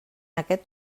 aquest